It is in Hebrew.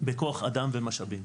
בכוח אדם ומשאבים.